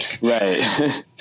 right